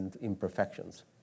imperfections